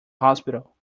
hospital